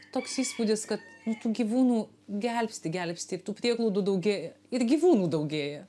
toks įspūdis kad tų gyvūnų gelbsti gelbsti ir tų prieglaudų daugėja ir gyvūnų daugėja